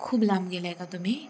खूप लांब गेले आहे का तुम्ही